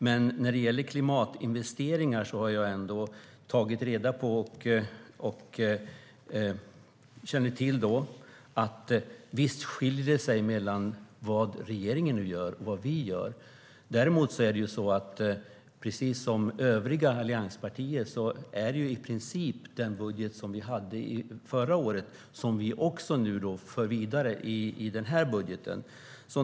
Men när det gäller klimatinvesteringar har jag ändå tagit reda på och känner till att det visst skiljer sig åt mellan vad regeringen nu gör och vad vi gör. Men precis som övriga allianspartier har vi i princip samma budget som förra året och för vidare innehållet i den till denna budget.